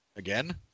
again